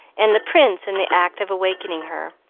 and the prince in the act of awakening her.